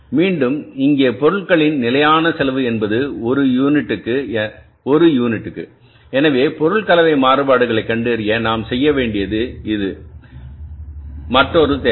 மீண்டும் இங்கே பொருட்களின் நிலையான செலவு என்பது ஒரு யூனிட்டுக்கு எனவே பொருள் கலவை மாறுபாடுகளைக் கண்டறிய நாம் செய்ய வேண்டியது இது மற்றொரு தேவை